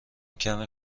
کمی